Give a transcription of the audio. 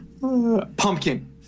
Pumpkin